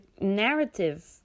narrative